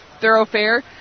thoroughfare